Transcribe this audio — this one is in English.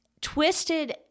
twisted